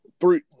three